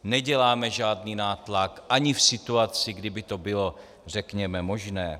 Neděláme žádný nátlak ani v situaci, kdy by to bylo řekněme možné.